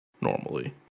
normally